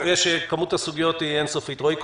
מאה אחוז.